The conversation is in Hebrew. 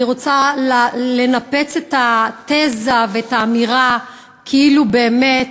אני רוצה לנפץ את התזה ואת האמירה כאילו באמת